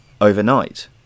overnight